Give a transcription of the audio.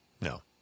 No